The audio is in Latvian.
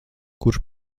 kurš